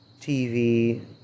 TV